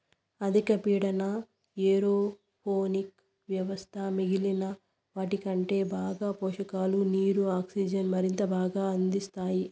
అధిక పీడన ఏరోపోనిక్ వ్యవస్థ మిగిలిన వాటికంటే బాగా పోషకాలు, నీరు, ఆక్సిజన్ను మరింత బాగా అందిస్తాయి